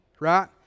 right